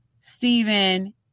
Stephen